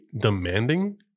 demanding